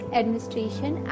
administration